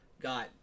Got